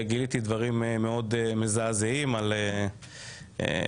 גיליתי דברים מאוד מזעזעים על הפיקוח,